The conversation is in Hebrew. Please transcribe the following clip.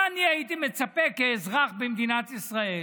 מה אני הייתי מצפה, כאזרח במדינת ישראל?